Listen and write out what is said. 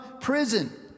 prison